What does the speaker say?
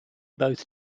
both